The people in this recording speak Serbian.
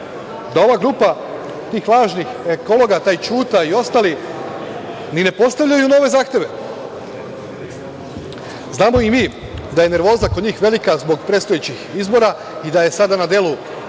da ova grupa tih lažnih ekologa, taj Ćuta i ostali ni ne postavljaju nove zahteve. Znamo i mi da je nervoza kod njih velika zbog predstojećih izbora i da je sada na delu